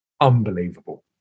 unbelievable